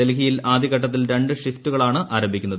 ഡൽഹിയിൽ ആദ്യഘട്ടത്തിൽ രണ്ട് ഷിഫ്റ്റുകളാണ് ആരംഭിക്കുന്നത്